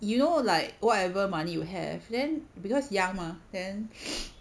you know like whatever money you have then because young mah then